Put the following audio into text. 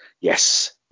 Yes